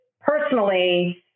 personally